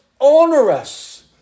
onerous